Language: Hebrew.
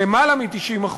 למעלה מ-90%,